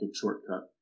shortcut